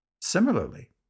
Similarly